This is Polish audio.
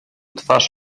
twarz